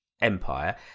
Empire